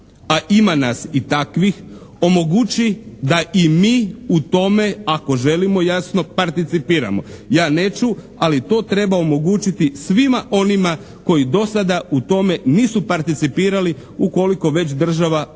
a ima nas i takvih, omogući da i mi u tome ako želimo jasno, participiramo. Ja neću ali to treba omogućiti svima onima koji do sada u tome nisu participirali ukoliko već država odlučuje